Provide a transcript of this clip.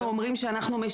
ולכן אנחנו אומרים שאנחנו,